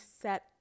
set